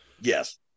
Yes